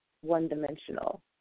one-dimensional